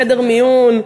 חדר מיון,